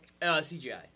CGI